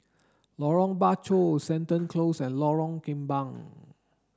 Lorong Bachok Seton Close and Lorong Kembang